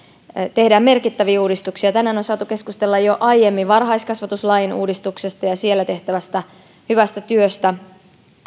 tehdään merkittäviä uudistuksia tänään on saatu keskustella jo aiemmin varhaiskasvatuslain uudistuksesta ja ja siellä tehtävästä hyvästä työstä